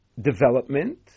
development